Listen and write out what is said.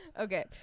Okay